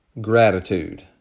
gratitude